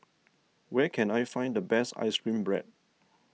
where can I find the best Ice Cream Bread